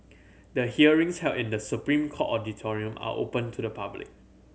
the hearings held in The Supreme Court auditorium are open to the public